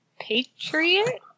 patriot